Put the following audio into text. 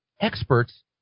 experts